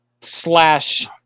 slash